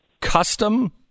custom